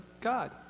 God